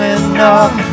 enough